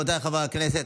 רבותיי חברי הכנסת,